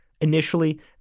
Initially